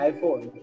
Iphone